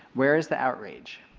where is the outrage?